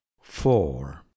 four